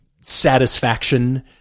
satisfaction